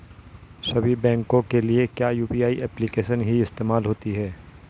सभी बैंकों के लिए क्या यू.पी.आई एप्लिकेशन ही इस्तेमाल होती है?